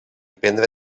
prendre